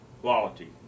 quality